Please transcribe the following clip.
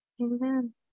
amen